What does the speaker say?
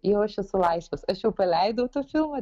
jau aš esu laisvas aš jau paleidau tą filmą